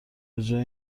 بجای